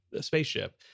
spaceship